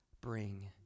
bring